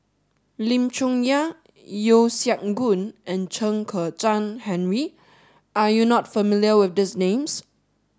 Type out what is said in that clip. Lim Chong Yah Yeo Siak Goon and Chen Kezhan Henri are you not familiar with these names